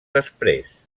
després